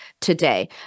today